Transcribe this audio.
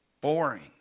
boring